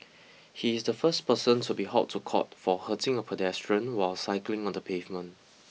he is the first person to be hauled to court for hurting a pedestrian while cycling on the pavement